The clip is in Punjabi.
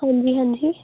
ਹਾਂਜੀ ਹਾਂਜੀ